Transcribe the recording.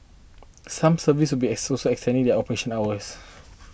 some service will be extending their operational hours